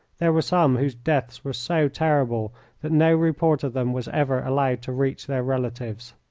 there were some whose deaths were so terrible that no report of them was ever allowed to reach their relatives.